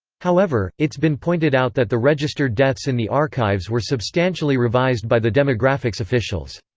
however, it's been pointed out that the registered deaths in the archives were substantially revised by the demographics officials.